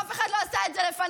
אף אחד לא עשה את זה לפניו.